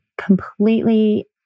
completely